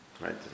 right